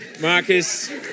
Marcus